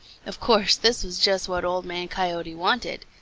of course this was just what old man coyote wanted.